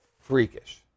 Freakish